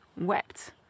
wept